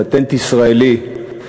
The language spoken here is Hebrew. פטנט ישראלי,